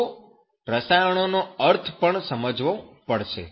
તો તે રસાયણોનો અર્થ પણ સમજવો પડશે